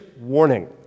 warning